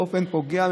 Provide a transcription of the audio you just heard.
באופן פוגע,